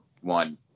one